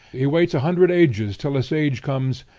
he waits a hundred ages till a sage comes,